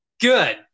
Good